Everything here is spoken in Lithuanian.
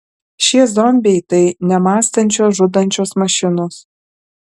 šie zombiai tai nemąstančios žudančios mašinos